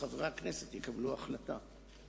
וחברי הכנסת יקבלו החלטה.